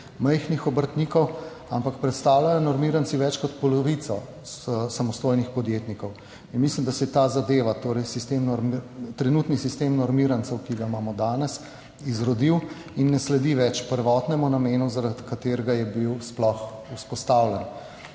majhnih obrtnikov, ampak predstavljajo normiranci več kot polovico samostojnih podjetnikov in mislim, da se je ta zadeva, torej sistem, trenutni sistem normirancev, ki ga imamo danes, izrodil in ne sledi več prvotnemu namenu, zaradi katerega je bil sploh vzpostavljen.